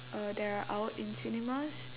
uh that are out in cinemas